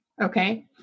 Okay